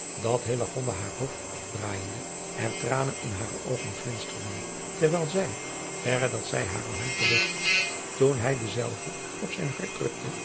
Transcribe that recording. dat hillegonda haar hoofd afdraaijende er tranen in hare oogen glinsterden terwijl zij verre dat zij hare hand terugtrok toen hij dezelve op zijn hart drukte